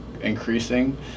increasing